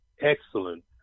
excellent